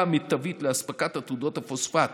לאספקת עתודות הפוספט